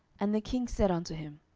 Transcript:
and the king said unto him,